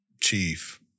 chief